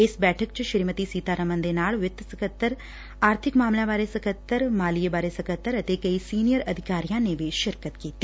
ਇਸ ਬੈਠਕ ਵਿਚ ਸ੍ਰੀਮਤੀ ਸੀਤਾਰਮਨ ਦੇ ਨਾਲ ਵਿੱਤ ਸਕੱਤਰ ਆਰਬਿਕ ਮਾਮਲਿਆਂ ਬਾਰੇ ਸਕੱਤਰ ਮਾਲੀਏ ਬਾਰੇ ਸਕੱਤਰ ਅਤੇ ਕਈ ਸੀਨੀਅਰ ਅਧਿਕਾਰੀਆਂ ਨੇ ਵੀ ਸ਼ਿਰਕਤ ਕੀਤੀ